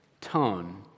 tone